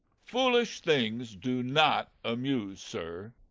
foolish things do not amuse, sir.